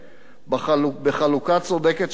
בחלוקה צודקת של הנטל,